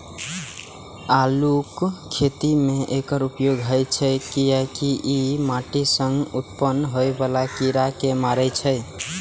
आलूक खेती मे एकर उपयोग होइ छै, कियैकि ई माटि सं उत्पन्न होइ बला कीड़ा कें मारै छै